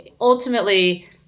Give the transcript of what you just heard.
ultimately